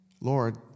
Lord